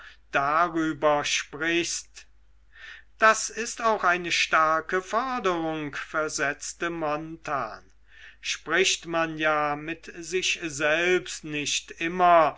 darüber sprichst das ist auch eine starke forderung versetzte jarno spricht man ja mit sich selbst nicht immer